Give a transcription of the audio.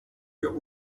für